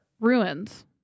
ruins